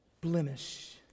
blemish